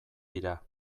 dira